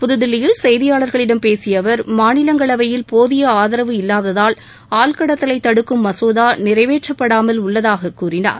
புதுதில்லியில் செய்தியாளர்களிடம் பேசிய அவர் மாநிலங்களவையில் போதிய ஆதரவு இல்லாததால் ஆள்கடத்தலை தடுக்கும் மசோதா நிறைவேற்றப்படாமல் உள்ளதாக கூறினார்